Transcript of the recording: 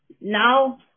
Now